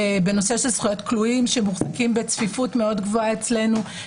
בנושא של זכויות כלואים שמוחזקים בצפיפות מאוד גבוהה אצלנו.